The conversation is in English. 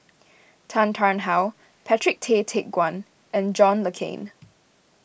Tan Tarn How Patrick Tay Teck Guan and John Le Cain